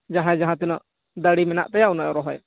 ᱡᱟᱦᱟᱸ ᱡᱟᱦᱟᱸ ᱛᱤᱱᱟᱹ ᱫᱟᱲᱮ ᱢᱮᱱᱟᱜ ᱯᱮᱭᱟ ᱩᱱᱟᱹ ᱨᱚᱦᱚᱭ